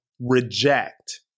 Reject